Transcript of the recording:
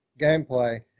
gameplay